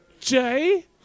Jay